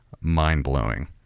mind-blowing